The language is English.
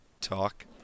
talk